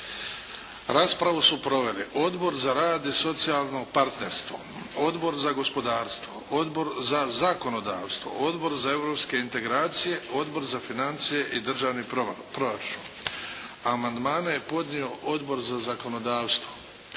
Raspravu su proveli Odbor za rad i socijalno partnerstvo, Odbor za gospodarstvo, Odbor za zakonodavstvo, Odbor za europske integracije, Odbor za financije i državni proračun. Amandmane je podnio Odbor za zakonodavstvo.